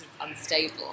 unstable